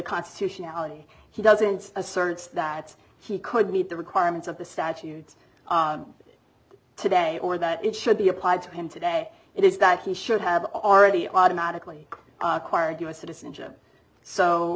constitutionality he doesn't asserts that he could meet the requirements of the statutes today or that it should be applied to him today it is that he should have already automatically acquired u s citizenship so